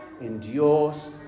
endures